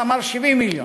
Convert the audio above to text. אמר 70 מיליון,